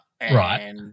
Right